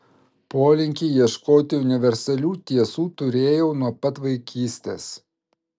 polinkį ieškoti universalių tiesų turėjau nuo pat vaikystės